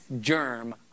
germ